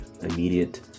immediate